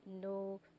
no